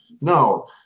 No